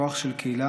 כוח של קהילה,